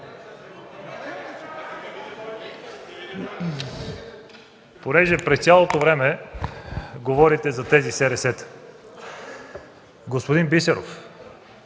Понеже през цялото време говорите за тези СРС-та, господин Бисеров,